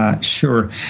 Sure